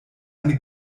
eine